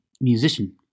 musician